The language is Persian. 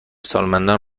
سالمندان